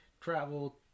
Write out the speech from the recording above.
travel